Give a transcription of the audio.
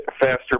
faster